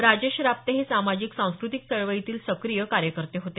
राजेश रापते हे सामाजिक सांस्कृतिक चळवळीतील सक्रीय कार्यकर्ते होते